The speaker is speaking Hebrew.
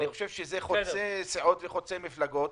זה חוצה סיעות וחוצה מפלגות.